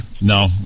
no